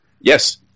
Yes